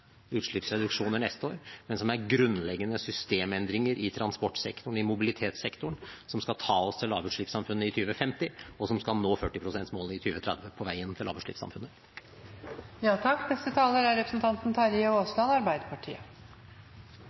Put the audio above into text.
utslippsreduksjoner neste år, men som er grunnleggende systemendringer i transportsektoren, i mobilitetssektoren, som skal ta oss til lavutslippssamfunnet i 2050, og som skal nå 40 pst.-målet i 2030 på veien til